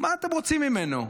מה אתם רוצים ממנו?